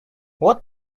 what